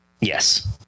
yes